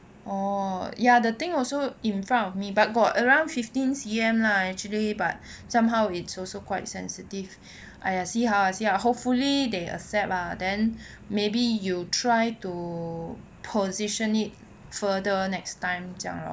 oh ya the thing also in front of me but got around fifteen C_M lah actually but somehow it's also quite sensitive !aiya! see how see how hopefully they accept lah then maybe you try to position it further next time 这样 lor